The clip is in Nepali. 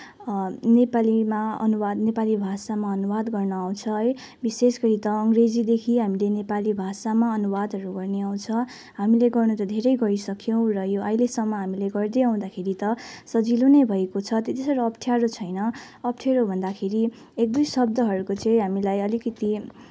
नेपालीमा अनुवाद नेपाली भाषामा अनुवाद गर्न आउँछ है विशेष गरी त अङ्ग्रेजीदेखि हामीले नेपाली भाषामा अनुवादहरू गर्ने आउँछ हामीले गर्न त धेरै गरिसक्यौँ र यो अहिलेसम्म हामीले गर्दै आउँदाखेरि त सजिलो नै भएको छ त्यति साह्रो अप्ठ्यारो छैन अप्ठ्यारो भन्दाखेरि एक दुई शब्दहरूको चाहिँ हामीलाई अलिकति